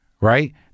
right